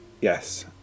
Yes